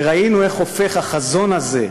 וראינו איך הופך החזון הזה,